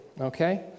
Okay